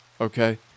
okay